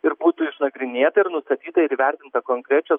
ir būtų išnagrinėta ir nustatyta ir įvertinta konkrečios